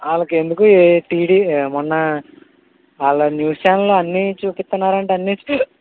వాళ్ళకెందుకు A T D మొన్న వాళ్ళ news ఛానల్లో అన్నీ చూపిస్తున్నారు అన్నీ